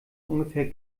ungefähr